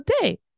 day